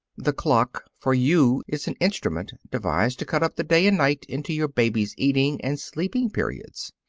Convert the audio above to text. the clock, for you, is an instrument devised to cut up the day and night into your baby's eating and sleeping-periods.